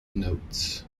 notes